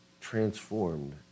transformed